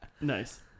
Nice